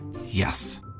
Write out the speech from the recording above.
Yes